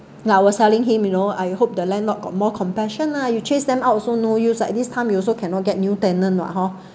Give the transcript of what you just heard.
now I was telling him you know I hope the landlord got more compassion lah you chase them out also no use like this time you also cannot get new tenant what hor